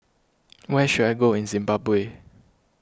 where should I go in Zimbabwe